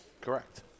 Correct